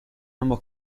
ambos